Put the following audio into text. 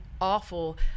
awful